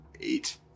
eight